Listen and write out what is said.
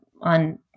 on